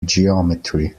geometry